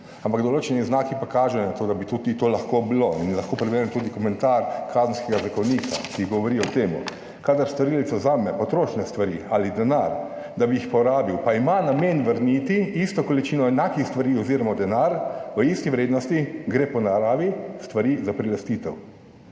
ampak določeni znaki pa kažejo na to, da bi tudi to lahko bilo in lahko preberem tudi komentar Kazenskega zakonika, ki govori o tem kadar storilec vzame potrošne stvari ali denar, da bi jih porabil, pa ima namen vrniti isto količino enakih stvari oziroma denar v isti vrednosti, gre po naravi stvari za prilastitev.